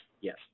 yes